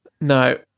No